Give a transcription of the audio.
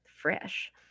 fresh